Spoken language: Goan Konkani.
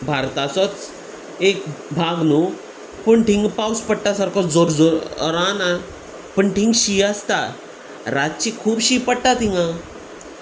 भारताचोच एक भाग न्हू पूण थिंगा पावस पडटा सारको जोर जोरान पूण थिंग शी आसता रातची खूब शी पडटा तिंगा